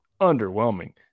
underwhelming